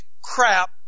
crap